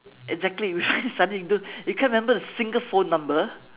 exactly we suddenly you don't you can't remember a single phone number